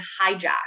hijack